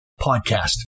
podcast